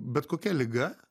bet kokia liga